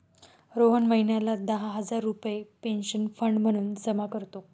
रोहन महिन्याला दहा हजार रुपये पेन्शन फंड म्हणून जमा करतो